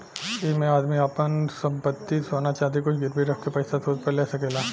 ऐइमे आदमी आपन संपत्ति, सोना चाँदी कुछु गिरवी रख के पइसा सूद पर ले सकेला